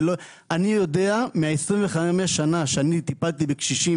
אני יודע מה-25 שנה שטיפלתי בקשישים,